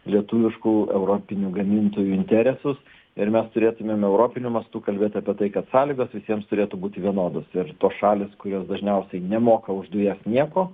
lietuviškų europinių gamintojų interesus ir mes turėtumėm europiniu mastu kalbėt apie tai kad sąlygos visiems turėtų būti vienodos ir tos šalys kurios dažniausiai nemoka už dujas nieko